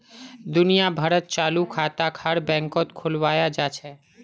दुनिया भरत चालू खाताक हर बैंकत खुलवाया जा छे